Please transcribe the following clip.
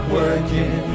working